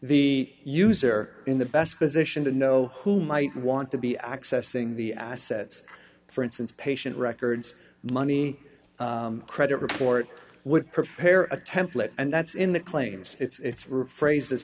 the user in the best position to know who might want to be accessing the assets for instance patient records money credit report would prepare a template and that's in the claims it's really phrase